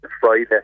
Friday